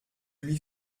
lui